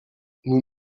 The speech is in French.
nous